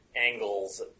angles